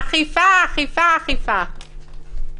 אכיפה, אכיפה, אכיפה.